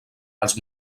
els